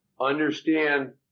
Understand